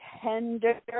tender